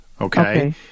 Okay